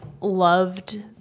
loved